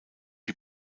die